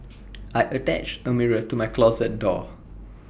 I attached A mirror to my closet door